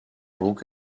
druck